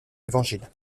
évangiles